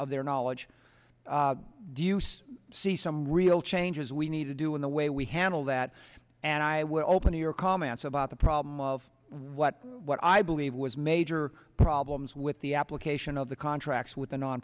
of their knowledge do use see some real changes we need to do in the way we handle that and i would open your comments about the problem of what what i believe was major problems with the application of the contracts with the non